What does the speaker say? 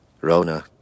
Rona